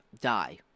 die